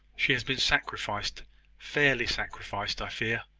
she has been sacrificed fairly sacrificed, i fear.